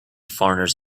foreigners